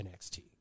NXT